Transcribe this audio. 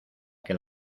que